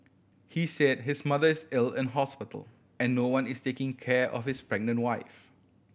he said his mother is ill in hospital and no one is taking care of his pregnant wife